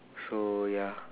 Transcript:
so ya